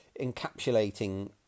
encapsulating